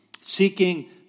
Seeking